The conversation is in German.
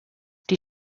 die